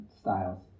styles